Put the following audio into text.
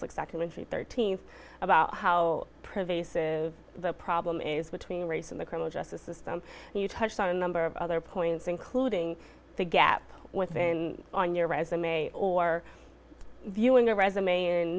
x documentary there teens about how pervasive the problem is between race and the criminal justice system and you touched on a number of other points including the gap within on your resume or viewing your resume and